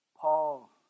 Paul